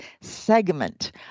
segment